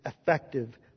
effective